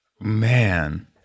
Man